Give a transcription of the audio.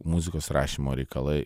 muzikos rašymo reikalai